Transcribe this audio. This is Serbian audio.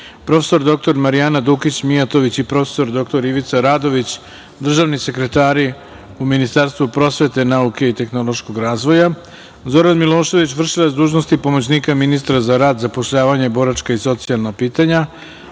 prof. dr Marijana Dukić Mijatović i prof. dr Ivica Radović, državni sekretari u Ministarstvu prosvete, nauke i tehnološkog razvoja; Zoran Milošević, vršilac dužnosti pomoćnika ministra za rad, zapošljavanje, boračka i socijalna pitanja;